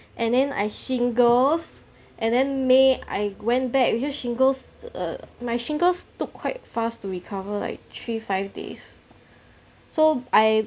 and then I shingles and then may I went back because shingles err my shingles took quite fast to recover like three five days so I